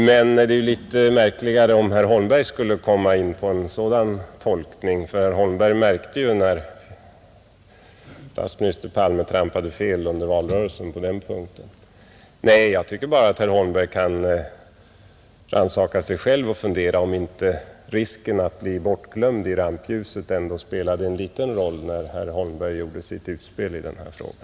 Men det är litet märkligare om herr Holmberg skulle göra en sådan tolkning, för herr Holmberg märkte ju när statsminister Palme trampade fel på den punkten under valrörelsen, Nej, jag tycker bara att herr Holmberg kan rannsaka sig själv och fundera på om inte risken att bli bortglömd och komma utanför rampljuset ändå spelade en liten roll, när herr Holmberg gjorde sitt utspel i denna fråga.